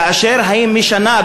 כאשר היא משנה,